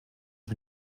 dem